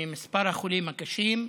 ממספר החולים הקשים,